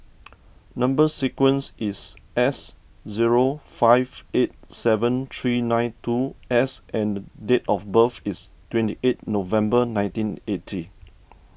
Number Sequence is S zero five eight seven three nine two S and date of birth is twenty eight November nineteen eighty